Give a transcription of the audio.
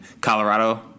Colorado